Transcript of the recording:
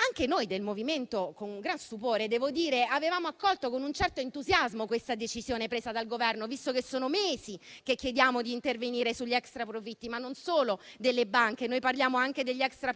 Anche noi del MoVimento 5 Stelle, con gran stupore, devo dire, avevamo accolto con un certo entusiasmo questa decisione presa dal Governo, visto che sono mesi che chiediamo di intervenire sugli extraprofitti (non solo delle banche, perché noi parliamo anche di quelli di